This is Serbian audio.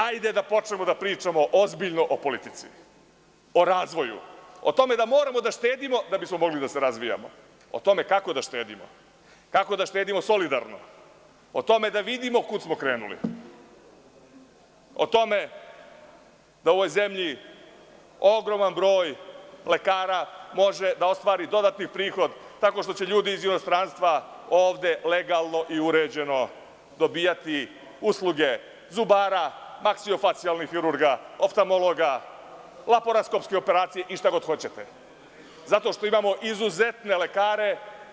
Hajde da počnemo da pričamo ozbiljno o politici, o razvoju, o tome da moramo da štedimo da bismo mogli da se razvijamo, o tome kako da štedimo, kako da štedimo solidarno, da vidimo kud smo krenuli, o tome da u ovoj zemlji ogroman broj lekara možeda ostvari dodatni prihod tako što će ljudi iz inostranstva ovde legalno i uređeno dobijati usluge zubara, maksiofacijalnih hirurga, oftamologa, laporaskopske operacije i šta god hoćete, zato što imamo izuzetne lekare.